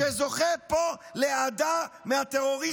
שזוכה פה לאהדה מהטרוריסטים האמיתיים.